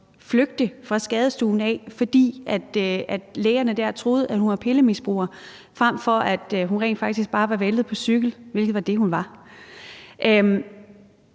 flygte fra skadestuen, fordi lægerne dér troede, at hun var pillemisbruger, frem for at hun bare var væltet på cykel, hvilket rent faktisk var